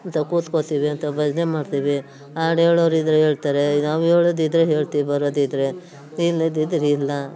ಮತ್ತೆ ಕೂತ್ಕೊಳ್ತೀವಿ ಅಥವಾ ಭಜನೆ ಮಾಡ್ತೀವಿ ಹಾಡು ಹೇಳೋರಿದ್ರೆ ಹೇಳ್ತಾರೆ ಇಲ್ಲ ನಾವು ಹೇಳೋದಿದ್ದರೆ ಹೇಳ್ತೀವಿ ಬರೋದಿದ್ದರೆ ಇಲ್ಲದಿದ್ದರೆ ಇಲ್ಲ